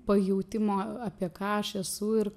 pajautimo apie ką aš esu ir